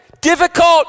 difficult